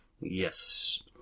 Yes